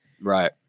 right